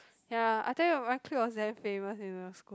ya I tell you my clip was damn famous in the school